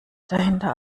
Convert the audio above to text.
dahinter